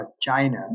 China